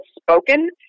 spoken